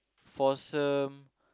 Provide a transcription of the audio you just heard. foursome